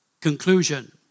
Conclusion